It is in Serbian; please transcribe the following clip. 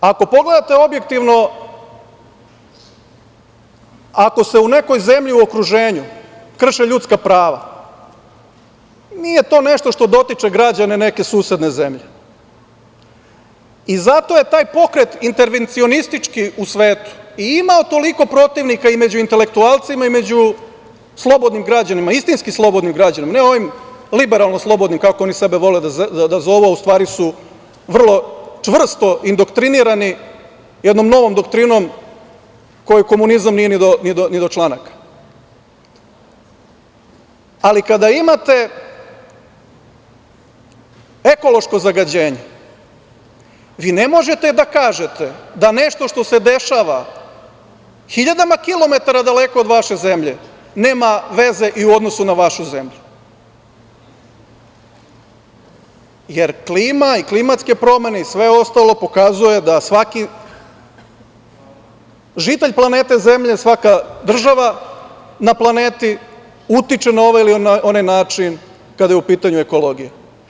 Ako pogledate objektivno, ako se u nekoj zemlji u okruženju krše ljudska prava nije to nešto što dotiče građane neke susedne zemlje i zato je taj pokret intervencionistički u svetu i imao toliko protivnika među intelektualcima i među slobodnim građanima, istinski slobodnim građanima, ne ovim liberalno slobodnim, kako oni sebe vole da zovu, a u stvari su vrlo čvrsto indoktrinirani jednom novom doktrinom kojoj komunizam nije ni do članaka, ali kada imate ekološko zagađenje vi ne možete da kažete da nešto što se dešava hiljadama kilometara daleko od vaše zemlje nema veze i u odnosu na vašu zemlju, jer klima i klimatske promene i sve ostalo pokazuje da svaki žitelj planete zemlje, svaka država na planeti utiče na ovaj ili na onaj način kada je u pitanju ekologija.